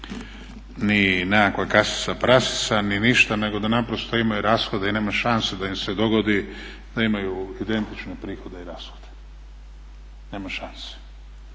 ni nekakva kasica prasica ni ništa nego da naprosto imaju rashode i nema šanse da im se dogodi da imaju identične prihode i rashode. Nema šanse!